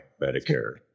medicare